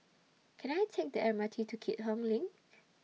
Can I Take The M R T to Keat Hong LINK